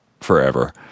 forever